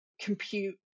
compute